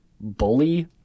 bully